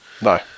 no